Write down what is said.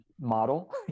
model